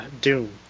doom